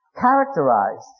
characterized